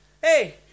hey